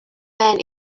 man